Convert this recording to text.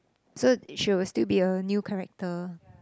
so she will still be a new character